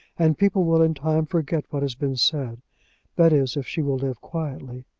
and people will in time forget what has been said that is, if she will live quietly.